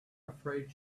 afraid